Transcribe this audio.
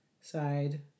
side